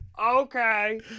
Okay